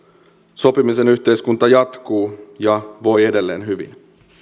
sopimisen yhteiskunta jatkuu ja voi edelleen hyvin